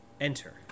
enter